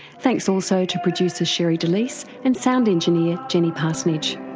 thanks also to producer sherre delys and sound engineer jenny parsonage.